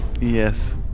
Yes